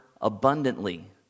abundantly